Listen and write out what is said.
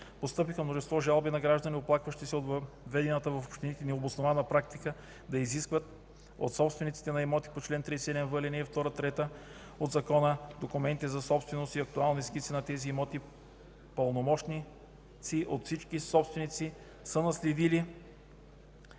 постъпиха множество жалби на граждани, оплакващи се от въведената в общините необоснована практика да изискват от собствениците на имоти по чл. 37в, ал. 2 и 3 от Закона документи за собственост и актуални скици на тези имоти, пълномощни от всички собственици за наследници и